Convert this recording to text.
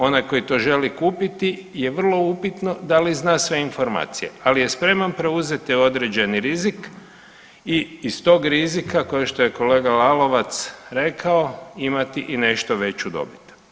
Onaj koji to želi kupiti je vrlo upitno da li zna sve informacije, ali je spreman preuzeti određeni rizik i iz tog rizika kao što je kolega Lalovac rekao, imati i nešto veću dobit.